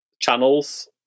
channels